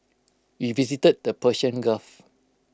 we visited the Persian gulf